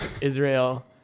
Israel